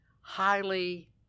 highly